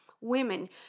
Women